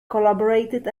collaborated